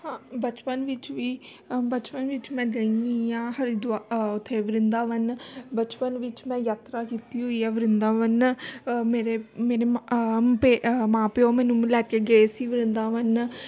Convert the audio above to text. ਹਾਂ ਬਚਪਨ ਵਿੱਚ ਵੀ ਬਚਪਨ ਵਿੱਚ ਮੈਂ ਗਈ ਹਾਂ ਹਰੀਦੁਆ ਉੱਥੇ ਵਰਿੰਦਾਵਨ ਬਚਪਨ ਵਿੱਚ ਮੈਂ ਯਾਤਰਾ ਕੀਤੀ ਹੋਈ ਆ ਵਰਿੰਦਾਵਨ ਮੇਰੇ ਮੇਰੇ ਪੇ ਮਾਂ ਪਿਓ ਮੈਨੂੰ ਲੈ ਕੇ ਗਏ ਸੀ ਵਰਿੰਦਾਵਨ